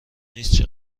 نیست